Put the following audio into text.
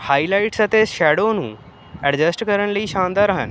highlights ਅਤੇ shadow ਨੂੰ adjust ਕਰਨ ਲਈ ਸ਼ਾਨਦਾਰ ਹਨ